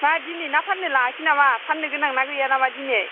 मा दिनै ना फाननो लाङाखै नामा फाननो गोनां ना गैया नामा दिनै